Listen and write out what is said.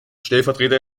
stellvertreter